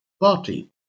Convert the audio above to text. party